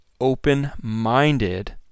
open-minded